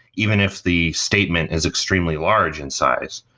even if the statement is extremely large in size.